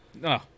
No